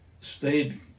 stayed